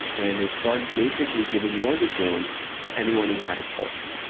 and they started basically giving mortgage loans to anyone who had a pulse,